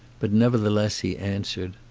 but nevertheless he answered.